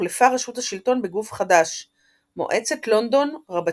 הוחלפה רשות השלטון בגוף חדש – מועצת לונדון רבתי.